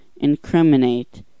incriminate